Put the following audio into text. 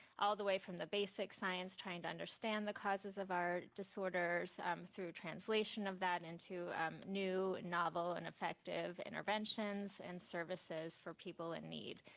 all the way from the basic science, trying to understand the causes of our disorders um through translation of that into new, novel and effective interventions and services for people in need.